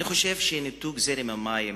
אני חושב שניתוק זרם המים